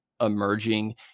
emerging